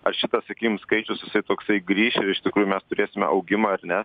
ar šitas sakykim skaičius jisai toksai grįš ir iš tikrųjų mes turėsime augimą ar ne